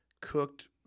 cooked